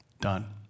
Done